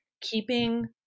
keeping